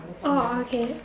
oh okay